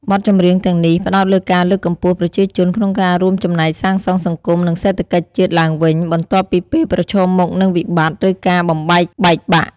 បទចម្រៀងទាំងនេះ ផ្តោតលើការលើកកម្ពស់ ប្រជាជនក្នុងការរួមចំណែកសាងសង់សង្គម និងសេដ្ឋកិច្ចជាតិឡើងវិញ បន្ទាប់ពីពេលប្រឈមមុខនឹងវិបត្តិ ឬការបំបែកបែកបាក់។